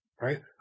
right